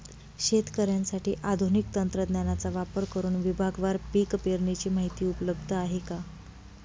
शेतकऱ्यांसाठी आधुनिक तंत्रज्ञानाचा वापर करुन विभागवार पीक पेरणीची माहिती उपलब्ध आहे का?